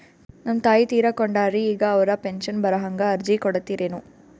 ನಮ್ ತಾಯಿ ತೀರಕೊಂಡಾರ್ರಿ ಈಗ ಅವ್ರ ಪೆಂಶನ್ ಬರಹಂಗ ಅರ್ಜಿ ಕೊಡತೀರೆನು?